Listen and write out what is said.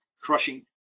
crushing